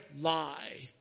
lie